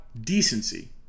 decency